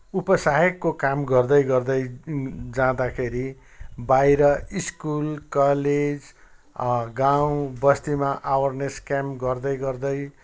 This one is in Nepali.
उप सहायकको काम गर्दै गर्दै जाँदाखेरि बाहिर स्कुल कलेज गाउँबस्तीमा अवेरनेस क्याम्प गर्दै गर्दै